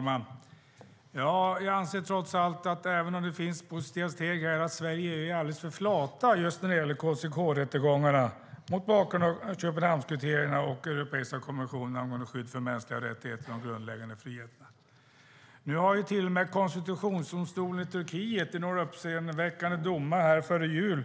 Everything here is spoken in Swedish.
Fru talman! Jag anser trots allt, även om det finns positiva steg, att Sverige och EU är alldeles för flata när det gäller KCK-rättegångarna mot bakgrund av Köpenhamnskriterierna och den europeiska konventionen angående skydd för de mänskliga rättigheterna och de grundläggande friheterna. Nu har till och med konstitutionsdomstolen i Turkiet i några uppseendeväckande domar före jul